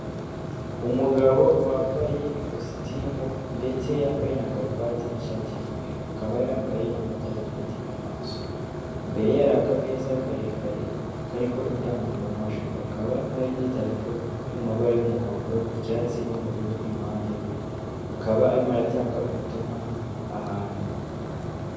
Umugabo wambaye ikositimu ndetse yambaye na karuvati n'ishati y'umweru akaba yambaye n'amadarubindi mu maso, imbere yari akameza karekare kariho indangururamajwi hakaba hari n'idarapo iri mu mabara y'umuhondo, icyatsi n'ubururu, iruhande rwe akaba arimo aratanga ubutumwa ahantu.